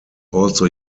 also